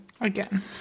Again